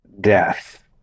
death